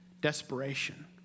desperation